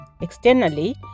externally